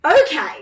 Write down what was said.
Okay